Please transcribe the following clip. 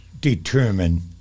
determine